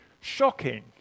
shocking